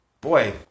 Boy